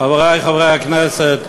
חברי חברי הכנסת,